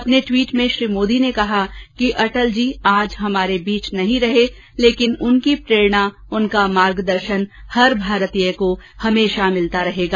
अपने टवीट में श्री मोदी ने कहा कि अटल जी आज हमारे बीच नहीं रहे लेकिन उनकी प्रेरणा उनका मार्गदर्शन हर भारतीय को हमेशा मिलता रहेगा